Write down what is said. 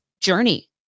journey